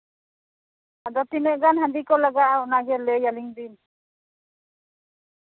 ᱟᱫᱚ ᱛᱤᱱᱟᱹᱜ ᱜᱟᱱ ᱦᱟᱺᱰᱤ ᱠᱚ ᱞᱟᱜᱟᱜᱼᱟ ᱚᱱᱟᱜᱮ ᱞᱟᱹᱭ ᱟᱹᱞᱤᱧ ᱵᱤᱱ